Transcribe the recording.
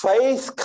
Faith